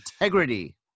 integrity